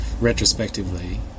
retrospectively